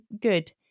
good